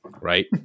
right